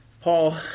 Paul